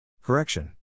Correction